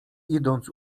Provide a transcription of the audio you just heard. idąc